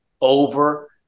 over